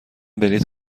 بلیط